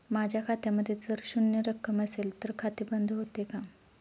माझ्या खात्यामध्ये जर शून्य रक्कम असेल तर खाते बंद होते का?